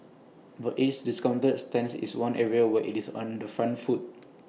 but its discounting stance is one area where IT is on the front foot